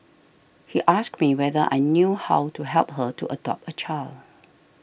he asked me whether I knew how to help her to adopt a child